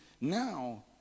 now